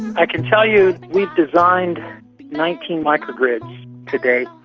i can tell you we've designed nineteen micro-grids to date,